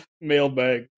mailbag